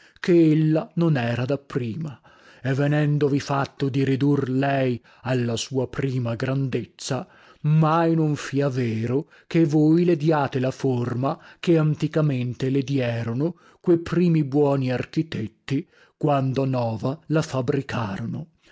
che ella non era da prima e venendovi fatto di ridur lei alla sua prima grandezza mai non fia vero che voi le diate la forma che anticamente le dierono que primi buoni architetti quando nova la fabricarono